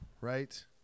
right